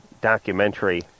documentary